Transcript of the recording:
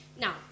Now